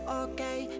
okay